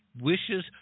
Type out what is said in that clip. wishes